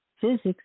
physics